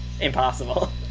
impossible